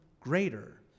greater